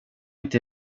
inte